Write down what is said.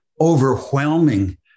overwhelming